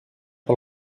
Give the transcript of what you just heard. pel